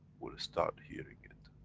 we'll start hearing it.